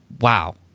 wow